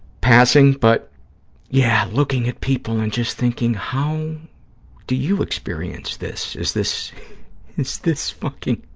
passing, but yeah, looking at people and just thinking, how do you experience this? is this, is this fucking,